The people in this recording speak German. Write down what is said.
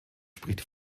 spricht